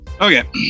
okay